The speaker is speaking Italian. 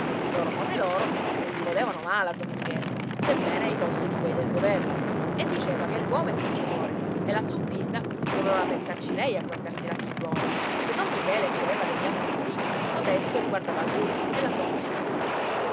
loro come loro non gli volevano male a don michele sebbene ei fosse di quei del governo e diceva che l'uomo è cacciatore e la zuppidda doveva pensarci lei a guardarsi la figliuola e se don michele ci aveva degli altri intrighi cotesto riguardava lui e la sua coscienza